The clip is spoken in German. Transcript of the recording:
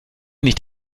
nicht